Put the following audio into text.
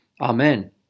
Amen